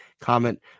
comment